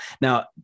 Now